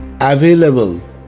available